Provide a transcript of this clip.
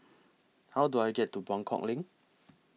How Do I get to Buangkok LINK